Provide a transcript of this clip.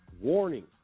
warning